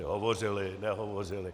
Hovořili, nehovořili.